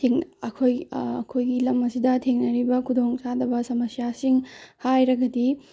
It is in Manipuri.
ꯊꯦꯡꯅ ꯑꯩꯈꯣꯏꯒꯤ ꯑꯩꯈꯣꯏꯒꯤ ꯂꯝ ꯑꯁꯤꯗ ꯊꯦꯡꯅꯔꯤꯕ ꯈꯨꯗꯣꯡ ꯆꯥꯗꯕ ꯁꯃꯁ꯭ꯌꯥꯁꯤꯡ ꯍꯥꯏꯔꯒꯗꯤ